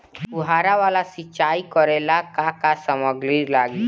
फ़ुहारा वाला सिचाई करे लर का का समाग्री लागे ला?